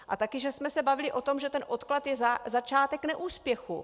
A taky jsme se bavili o tom, že ten odklad je začátek neúspěchu!